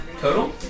Total